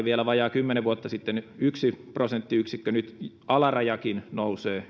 vielä vajaat kymmenen vuotta sitten yksi prosentti nyt alarajakin nousee